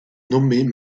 nommée